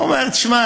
הוא אומר: תשמע,